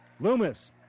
Loomis